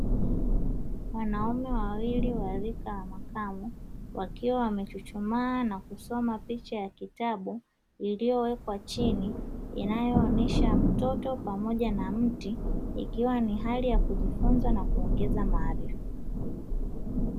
Wanaume wawili wa rika ya makamu wakiwa wamechuchumaa na kusoma picha ya kitabu, iliyowekwa chini inayoonesha mtoto pamoja na mti; ikiwa ni hali ya kujifunza na kuongeza maarifa.